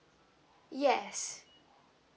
yes